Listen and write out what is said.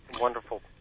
Wonderful